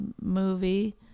movie